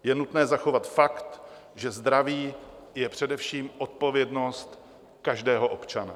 Je nutné zachovat fakt, že zdraví je především odpovědnost každého občana.